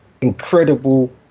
incredible